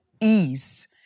ease